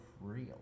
real